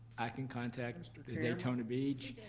i can contact daytona beach.